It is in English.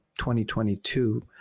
2022